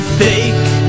fake